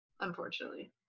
unfortunately